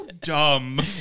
dumb